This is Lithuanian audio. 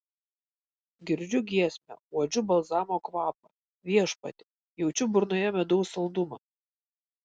girdžiu giesmę uodžiu balzamo kvapą viešpatie jaučiu burnoje medaus saldumą